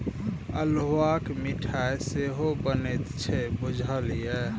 अल्हुआक मिठाई सेहो बनैत छै बुझल ये?